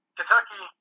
Kentucky